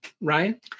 Ryan